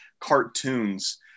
cartoons